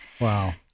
Wow